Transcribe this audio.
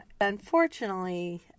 unfortunately